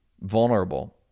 vulnerable